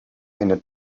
eine